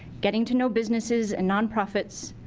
getting to know businesses, and non-profits,